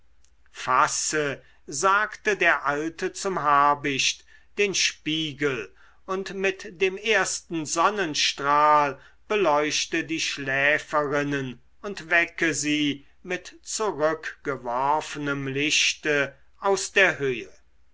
fasse sagte der alte zum habicht den spiegel und mit dem ersten sonnenstrahl beleuchte die schläferinnen und wecke sie mit zurückgeworfenem lichte aus der höhe